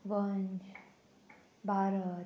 वंश भारत